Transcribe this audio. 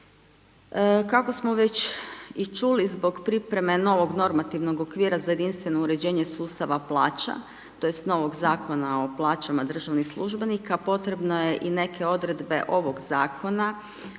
Kako smo već i čuli, zbog pripreme novog normativnog okvira za jedinstveno uređenje sustava plaća tj. novog Zakona o plaćama državnih službenika, potrebna je i neke odredbe ovog Zakona